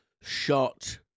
Shot